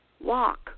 walk